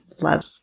love